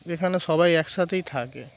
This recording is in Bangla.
এখানে সবাই একসাথেই থাকে